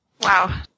Wow